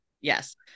Yes